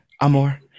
amor